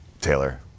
Taylor